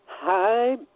Hi